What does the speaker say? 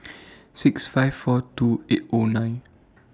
six five four two eight O nine